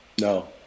no